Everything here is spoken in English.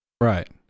Right